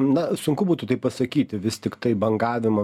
na sunku būtų tai pasakyti vis tiktai bangavimą